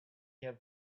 him